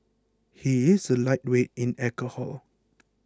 he is a lightweight in alcohol